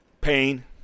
Pain